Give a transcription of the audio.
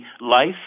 life